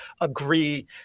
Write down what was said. agree